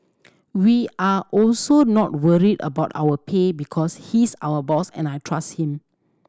we are also not worried about our pay because he's our boss and I trust him